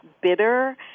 bitter